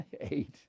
eight